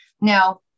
now